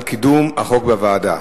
על קידום החוק בוועדה.